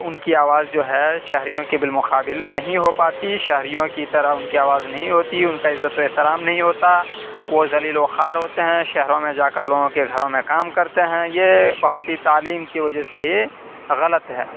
ان کی آواز جو ہے شہریوں کے باالمقابل نہیں ہو پاتی شہریوں کی طرح ان کی آواز نہیں ہوتی ان کا عزت و احترام نہیں ہوتا وہ ذلیل و خوار ہوتے ہیں شہروں میں جا کر لوگوں کے گھروں میں کام کرتے ہیں یہ بہت ہی تعلیم کی وجہ سے ہی غلط ہے